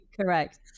correct